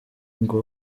ngo